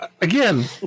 again